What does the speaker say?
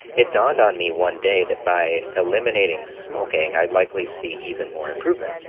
it dawned on me one day that by eliminating smoking, i'd likely see even more improvement.